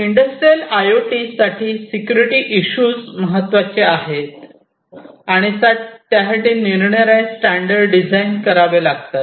industrial I O T साठी security issues महत्त्वाचे आहे आणि त्यासाठी नीरनिराळे सिक्युरिटी स्टैंडर्ड डिझाईन करावे लागतात